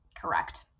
Correct